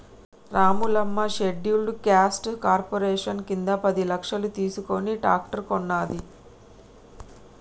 Ramulamma scheduled caste corporation కింద పది లక్షలు తీసుకుని ట్రాక్టర్ కొన్నది